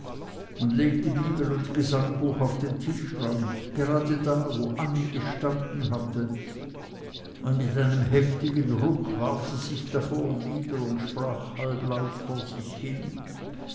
und legte bibel und gesangbuch auf den tischrand gerade da wo annie gestanden hatte und mit einem heftigen ruck warf sie sich davor nieder und sprach halblaut vor sich hin